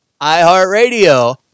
iHeartRadio